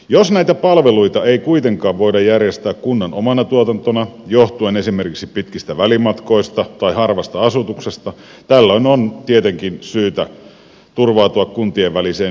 jos näitä palveluita ei kuitenkaan voida järjestää kunnan omana tuotantona johtuen esimerkiksi pitkistä välimatkoista tai harvasta asutuksesta tällöin on tietenkin syytä turvautua kuntien väliseen yhteistyöhön